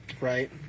Right